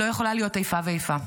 לא יכולה להיות איפה ואיפה,